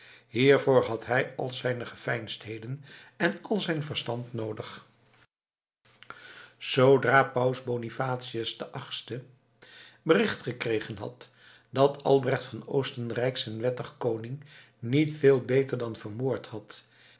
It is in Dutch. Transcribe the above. hiervoor had hij al zijne geveinsdheid en al zijn verstand noodig zoodra paus bonifacius viii bericht gekregen had dat albrecht van oostenrijk zijn wettigen koning niet veel beter dan vermoord had